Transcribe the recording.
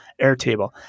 Airtable